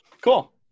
Cool